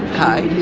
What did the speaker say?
hi,